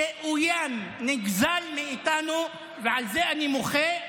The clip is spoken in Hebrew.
והוא אוין, נגזל מאיתנו, ועל זה אני מוחה.